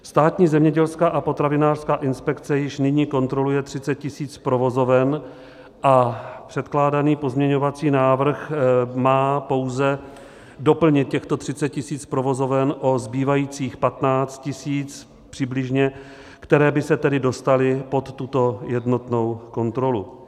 Státní zemědělská a potravinářská inspekce již nyní kontroluje 30 000 provozoven a předkládaný pozměňovací návrh má pouze doplnit těchto 30 000 provozoven o zbývajících přibližně 15 000, které by se tedy dostaly pod tuto jednotnou kontrolu.